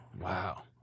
Wow